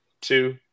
two